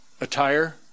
attire